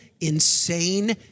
insane